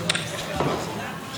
אדוני השר,